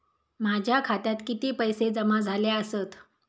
माझ्या खात्यात किती पैसे जमा झाले आसत?